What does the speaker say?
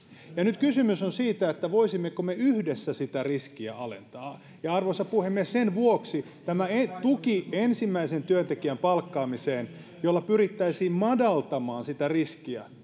kysymys on nyt siitä voisimmeko me yhdessä sitä riskiä alentaa arvoisa puhemies sen vuoksi tämä ensimmäisen työntekijän palkkaamisen tuki jolla pyrittäisiin madaltamaan sitä riskiä niin